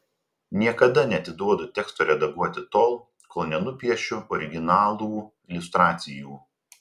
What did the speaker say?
niekada neatiduodu teksto redaguoti tol kol nenupiešiu originalų iliustracijų